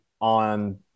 on